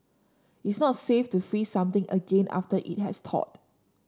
it's not safe to freeze something again after it has thawed